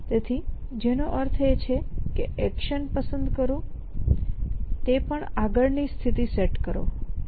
તેથી જેનો અર્થ એ છે કે એક્શન પસંદ કરો તે પણ આગળની સ્થિતિ સેટ કરો